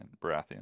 Baratheon